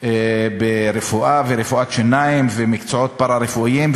בה גם רפואה, רפואת שיניים ומקצועות פארה-רפואיים.